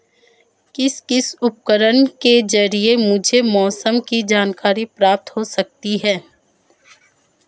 किस किस उपकरण के ज़रिए मुझे मौसम की जानकारी प्राप्त हो सकती है?